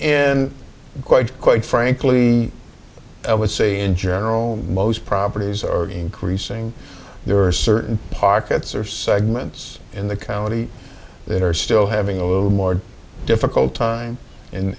up and quite quite frankly i would say in general most properties are increasing there are certain pockets or segments in the county that are still having a little more difficult time